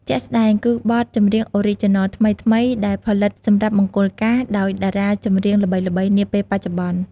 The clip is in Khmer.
ជាក់ស្តែងគឺបទចម្រៀង Original ថ្មីៗដែលផលិតសម្រាប់មង្គលការដោយតារាចម្រៀងល្បីៗនាពេលបច្ចុប្បន្ន។